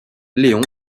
léon